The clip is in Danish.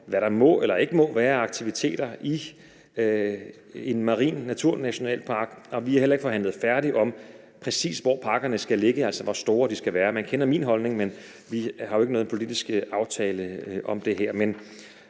hvad der må eller ikke må være af aktiviteter i en marin naturnationalpark, og vi har heller ikke forhandlet færdigt om, præcis hvor parkerne skal ligge, altså hvor store de skal være. Man kender min holdning, men vi har jo ikke nået en politisk aftale om det her.